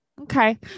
Okay